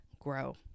grow